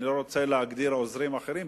אני לא רוצה להגדיר עוזרים אחרים,